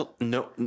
No